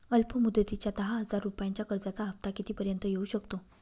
अल्प मुदतीच्या दहा हजार रुपयांच्या कर्जाचा हफ्ता किती पर्यंत येवू शकतो?